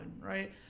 right